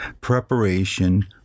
preparation